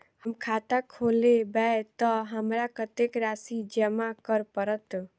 हम खाता खोलेबै तऽ हमरा कत्तेक राशि जमा करऽ पड़त?